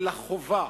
אלא חובה,